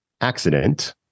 accident